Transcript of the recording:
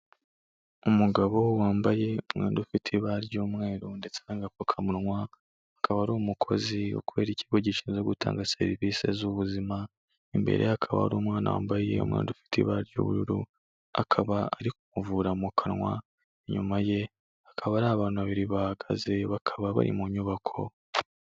Umugabo wambaye umwenda ufite ibara ry'umweru ndetse n'agapfukamunwa, akaba ari umukozi ukorera ikigo gishinzwe gutanga serivisi z'ubuzima, imbere ye hakaba hari umwana wambaye umwenda ufite ibara ry'ubururu, akaba ari kumuvura mu kanwa, inyuma ye hakaba hari abantu babiri bahagaze bakaba bari mu nyubako.